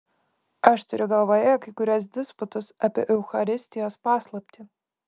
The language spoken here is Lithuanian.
aš turiu galvoje kai kuriuos disputus apie eucharistijos paslaptį